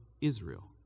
Israel